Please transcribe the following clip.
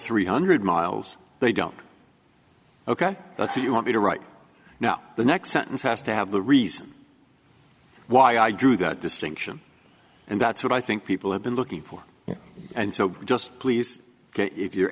three hundred miles they go ok that's what you want me to right now the next sentence has to have the reason why i drew that distinction and that's what i think people have been looking for and so just please if you're